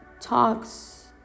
talks